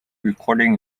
recording